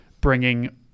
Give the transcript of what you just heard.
bringing